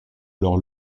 leur